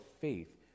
faith